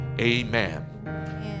Amen